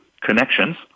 connections